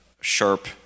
sharp